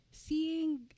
Seeing